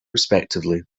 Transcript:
respectively